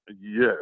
Yes